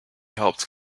helped